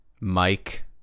Mike